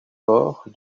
morts